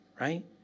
right